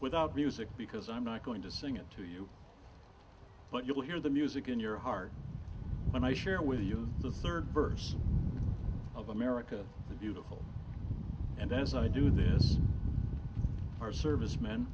without music because i'm not going to sing it to you but you'll hear the music in your heart when i share with you the third verse of america the beautiful and as i do this our service men